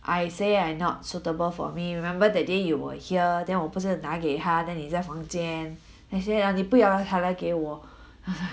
I say I not suitable for me remember that day you were here then 我不是拿给她 then 你在房间 then say ah 你不要还来给我